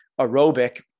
aerobic